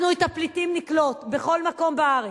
אנחנו את הפליטים נקלוט בכל מקום בארץ.